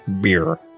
beer